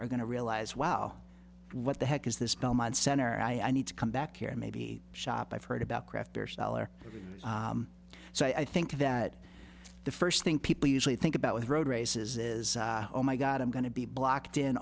are going to realize wow what the heck is this belmont center i need to come back here and maybe shop i've heard about craft beer cellar so i think that the first thing people usually think about with road races is oh my god i'm going to be blocked in